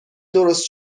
درست